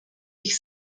ich